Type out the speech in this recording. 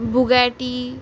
Bugatti